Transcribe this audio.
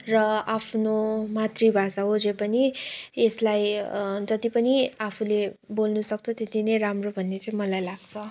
र आफ्नो मातृभाषा हो जे पनि यसलाई जति पनि आफुले बोल्न सक्छ त्यति नै राम्रो भन्ने चाहिँ मलाई लाग्छ